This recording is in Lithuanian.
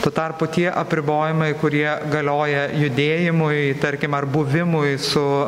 tuo tarpu tie apribojimai kurie galioja judėjimui tarkim ar buvimui su